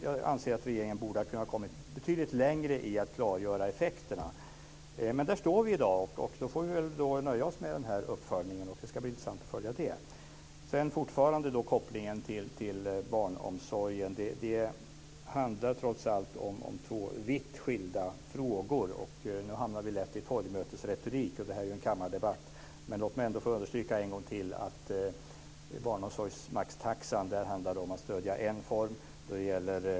Jag anser att regeringen borde ha kunnat komma betydligt längre när det gäller att klargöra effekterna. Men där står vi i dag, och då får vi väl nöja oss med den här uppföljningen. Det ska bli intressant att följa detta. Sedan har vi fortfarande kopplingen till barnomsorgen. Det handlar trots allt om två vitt skilda frågor. Nu hamnar vi lätt i torgmötesretorik, och det här är ju en kammardebatt. Men låt mig ändå få understryka en gång till att maxtaxan i barnomsorgen handlar om att stödja en form.